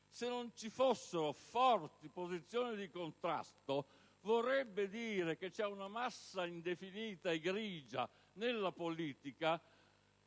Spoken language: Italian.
se non ci fossero forti posizioni di contrasto vorrebbe dire che c'è una massa indefinita e grigia nella politica,